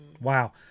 Wow